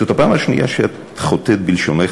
זאת הפעם השנייה שאת חוטאת בלשונך,